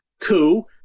coup